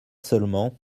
seulement